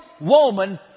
woman